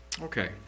Okay